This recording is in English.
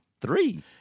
Three